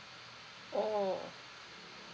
oh